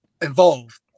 involved